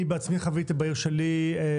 בעיר שלי חוויתי